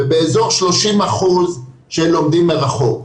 ובאזור 30% של לומדים מרחוק.